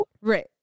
right